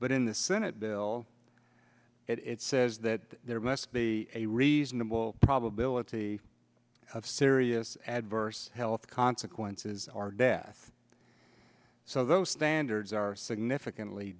but in the senate bill it says that there must be a reasonable probability of serious adverse health consequences are death so those standards are significantly